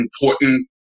important